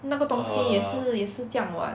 那个东西也是也是这样 [what]